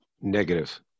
negative